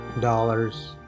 dollars